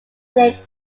named